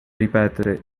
ripetere